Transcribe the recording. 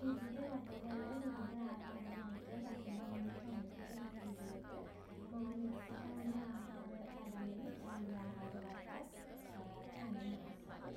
විවිධ රටවල විවිධ ආහාර වර්ග රස බලන්න කැමති කෙනෙක් විදියට මම මෙක්සිකානු වගේම ඉතාලි ආහාර වර්ගත්.. කන්න ආසයි.